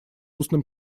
устным